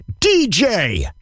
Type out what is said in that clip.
DJ